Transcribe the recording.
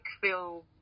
feel